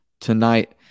tonight